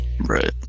Right